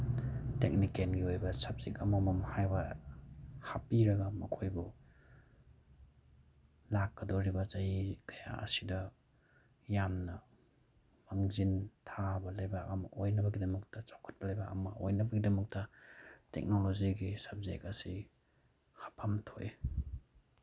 ꯇꯦꯛꯅꯤꯀꯦꯜꯒꯤ ꯑꯣꯏꯕ ꯁꯞꯖꯦꯛ ꯑꯃ ꯍꯥꯏꯕ ꯍꯥꯞꯄꯤꯔꯒ ꯃꯈꯣꯏꯕꯨ ꯂꯥꯛꯀꯗꯣꯔꯤꯕ ꯆꯍꯤ ꯀꯌꯥ ꯑꯁꯤꯗ ꯌꯥꯝꯅ ꯃꯥꯡꯖꯤꯜ ꯊꯥꯕ ꯂꯩꯕꯥꯛ ꯑꯃ ꯑꯣꯏꯅꯕꯒꯤꯗꯃꯛꯇ ꯆꯥꯎꯈꯠꯄ ꯂꯩꯕꯥꯛ ꯑꯃ ꯑꯣꯏꯅꯕꯒꯤꯗꯃꯛꯇ ꯇꯦꯛꯅꯣꯂꯣꯖꯤꯒꯤ ꯁꯞꯖꯦꯛ ꯑꯁꯤ ꯍꯥꯞꯐꯝ ꯊꯣꯛꯏ